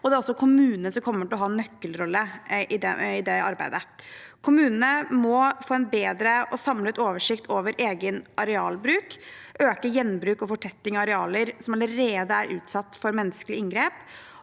her i Norge. Kommunene kommer til å ha en nøkkelrolle i det arbeidet. Kommunene må få en bedre og samlet oversikt over egen arealbruk og øke gjenbruk og fortetting av arealer som allerede er utsatt for menneskelige inngrep.